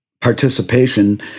participation